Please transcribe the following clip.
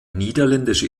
niederländische